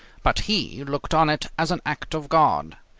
but he looked on it as an act of god.